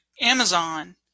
Amazon